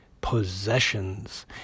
Possessions